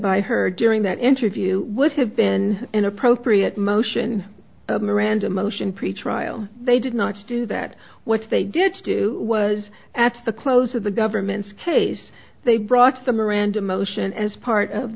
by her during that interview would have been an appropriate motion of miranda motion pretrial they did not do that what they did do was at the close of the government's case they brought some random motion as part of